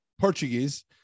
portuguese